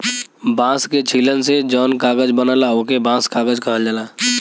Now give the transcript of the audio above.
बांस के छीलन से जौन कागज बनला ओके बांस कागज कहल जाला